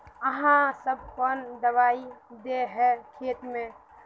आहाँ सब कौन दबाइ दे है खेत में?